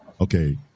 okay